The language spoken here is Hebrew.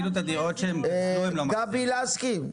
גבי לסקי,